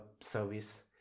service